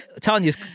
Tanya's